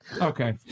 Okay